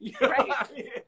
Right